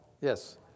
Yes